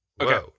Okay